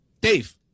Dave